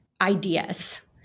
Ideas